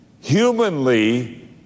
Humanly